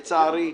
לצערי,